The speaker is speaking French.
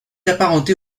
apparentée